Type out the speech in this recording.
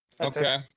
Okay